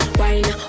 wine